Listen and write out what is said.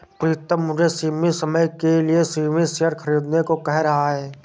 प्रितम मुझे सीमित समय के लिए सीमित शेयर खरीदने को कह रहा हैं